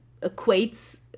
equates